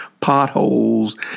potholes